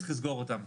צריך לסגור אותם.